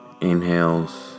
inhales